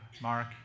Mark